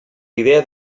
idea